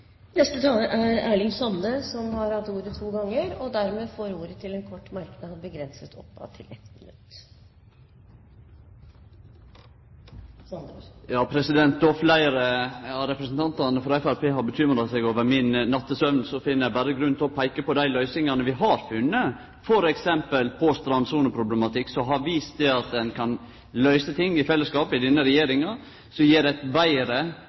Erling Sande har hatt ordet to ganger og får ordet til en kort merknad, begrenset til 1 minutt. Då fleire av representantane frå Framstegspartiet har bekymra seg over min nattesøvn, finn eg berre grunn til å peike på dei løysingane vi har funne t.d. på strandsoneproblematikk, som har vist at ein kan løyse ting i fellesskap i denne regjeringa som gjev eit betre